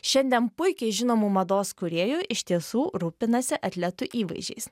šiandien puikiai žinomų mados kūrėjų iš tiesų rūpinasi atletų įvaizdžiais